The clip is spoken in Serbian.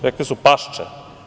Rekli su – pašče.